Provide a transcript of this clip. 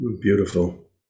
beautiful